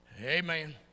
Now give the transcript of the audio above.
amen